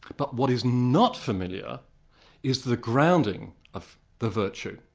but what is not familiar is the grounding of the virtue.